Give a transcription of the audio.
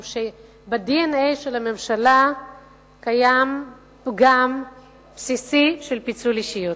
משום שב-DNA של הממשלה קיים פגם בסיסי של פיצול אישיות.